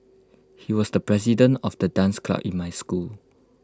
he was the president of the dance club in my school